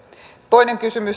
sitten toinen kysymys